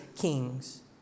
kings